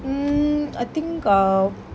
mm I think uh